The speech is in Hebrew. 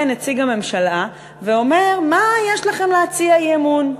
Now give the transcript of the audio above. נציג הממשלה ואומר: מה יש לכם להציע אי-אמון?